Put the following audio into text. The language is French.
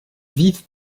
vives